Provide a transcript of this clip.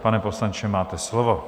Pane poslanče, máte slovo.